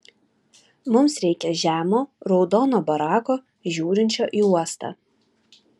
mums reikia žemo raudono barako žiūrinčio į uostą